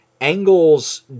angles